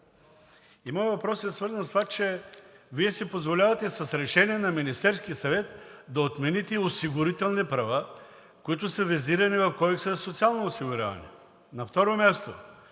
И моят въпрос е свързан с това, че Вие си позволявате с Решение на Министерския съвет да отмените осигурителни права, които са визирани в Кодекса за социално осигуряване. На второ място,